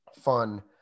fun